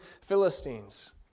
Philistines